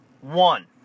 One